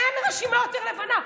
אין רשימה יותר לבנה.